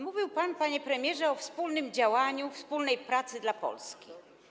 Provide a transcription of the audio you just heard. Mówił pan, panie premierze, o wspólnym działaniu, wspólnej pracy dla Polski.